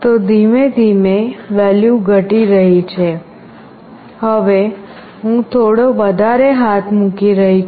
તો ધીમે ધીમે વેલ્યુ ઘટી રહી છે હવે હું થોડો વધારે હાથ મૂકી રહી છું